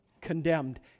condemned